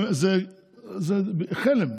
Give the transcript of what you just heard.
זה חלם.